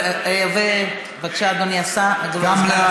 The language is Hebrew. בבקשה, אדוני סגן השר.